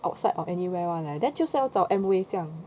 outside or anywhere [one] leh then 就是要找 Amway 这样